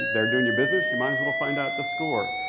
there doing your business. you might as well find out the score.